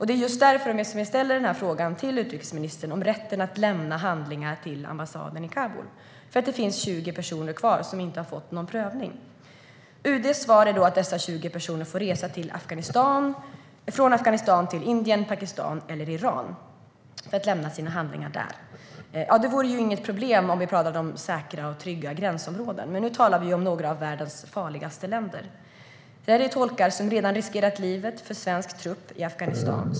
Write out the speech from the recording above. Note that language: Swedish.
Det är just därför jag ställer frågan till utrikesministern om rätten att lämna handlingar till ambassaden i Kabul - för att det finns 20 personer kvar som inte har fått någon prövning. Svaret från UD är att dessa 20 personer får resa från Afghanistan till Indien, Pakistan eller Iran för att lämna sina handlingar där. Det vore ju inget problem om vi talade om säkra och trygga gränsområden, men nu talar vi om några av världens farligaste länder. Detta är tolkar som redan har riskerat livet för svensk trupp i Afghanistan.